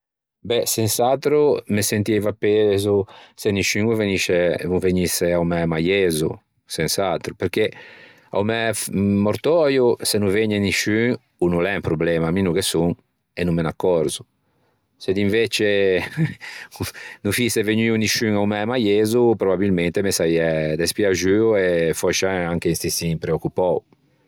Beh sens'atro me sentieiva pezo se nisciun o vegnisse a-o mæ maiezzo sens'atro perché a-o mæ mortöio se no vëgne nisciun o no o l'é un problema mi no ghe son e no me n'accòrzo. Se d'invece no foïse vegnuo nisciun a-o mæ maiezzo probabilmente me saiæ despiaxuo e fòscia anche un stissin preòccupou.